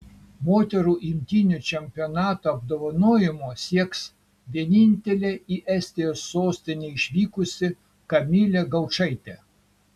moterų imtynių čempionato apdovanojimo sieks vienintelė į estijos sostinę išvykusi kamilė gaučaitė